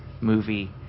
movie